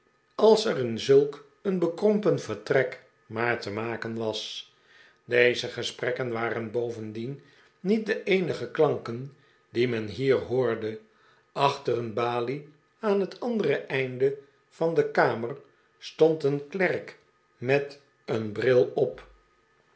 als er in zulk een bekrompen vertrek maar te maken was deze gesprekken waren bovendien niet de eehige klanken die men hier hoorde achter een balie aan het andere einde van de kamer stond een klerk met een bril op